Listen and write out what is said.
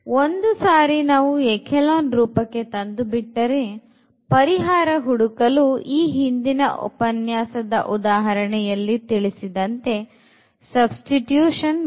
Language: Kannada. ಒಂದು ಸಾರಿ ನಾವು ಎಚೆಲಾನ್ ರೂಪಕ್ಕೆ ತಂದುಬಿಟ್ಟರೆ ಪರಿಹಾರ ಹುಡುಕಲು ಈ ಹಿಂದಿನ ಉಪನ್ಯಾಸದ ಉದಾಹರಣೆಯಲ್ಲಿ ತಿಳಿಸಿದಂತೆ ಸಬ್ಸ್ಟಿಟ್ಯೂಟ್ ಮಾಡಿ